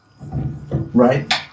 right